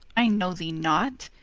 i know thee not,